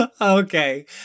Okay